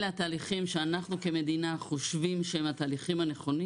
אלה התהליכים שאנחנו כמדינה חושבים שהם התהליכים הנכונים'